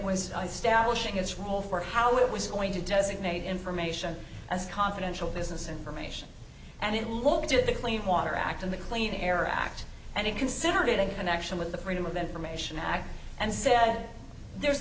stablish its role for how it was going to designate information as confidential business information and it looked at the clean water act and the clean air act and it considered it a connection with the freedom of information act and said there